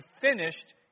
finished